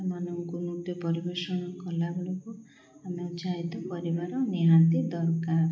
ସେମାନଙ୍କୁ ନୃତ୍ୟ ପରିବେଷଣ କଲାବେଳକୁ ଆମେ ଚାହିତ ପରିବାର ନିହାତି ଦରକାର